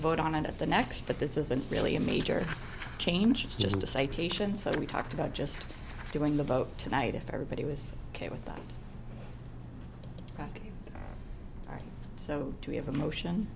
vote on it at the next but this isn't really a major change it's just a citation so we talked about just doing the vote tonight if everybody was ok with that so we have a motion